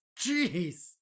Jeez